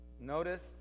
Notice